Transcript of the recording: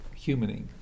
humaning